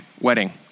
wedding